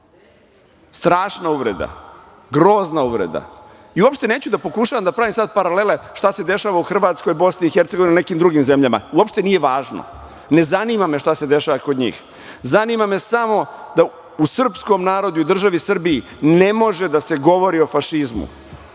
Strašna uvreda. Grozna uvreda. Uopšte neću da pokušavam da pravim sad paralele šta se dešava u Hrvatskoj, BiH ili nekim drugim zemljama. Uopšte nije važno. Ne zanima me šta se dešava kod njih. Zanima me samo da u srpskom narodu i državi Srbiji ne može da se govori o fašizmu. Nadam